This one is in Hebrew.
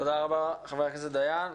תודה רבה, חבר הכנסת דיין.